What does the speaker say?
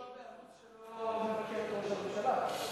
מדובר בערוץ שלא מבקר את ראש הממשלה כמובן.